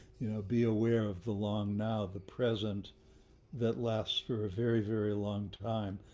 you know, be aware of the long now the present that lasts for a very, very long time.